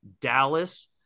Dallas